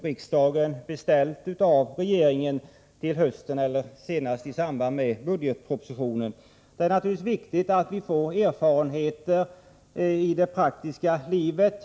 Riksdagen har också beställt en sådan av regeringen till hösten eller senast i samband med budgetpropositionen. Det är naturligtvis viktigt att vi får erfarenheter i det praktiska livet.